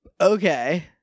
Okay